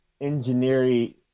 engineering